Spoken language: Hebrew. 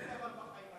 הכול רווחה,